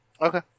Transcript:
okay